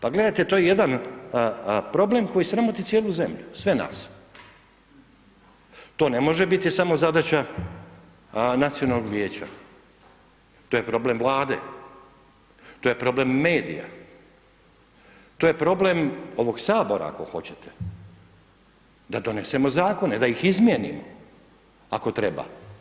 Pa gledajte to je jedan problem koji sramoti cijelu zemlju, sve nas, to ne može biti samo zadaća nacionalnog vijeća, to je problem Vlade, to je problem medija, to je problem ovog Sabora ako hoćete da donesemo zakone, da ih izmijenimo ako treba.